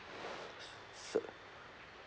s~